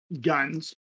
guns